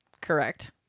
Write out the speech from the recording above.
Correct